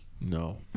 No